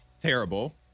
terrible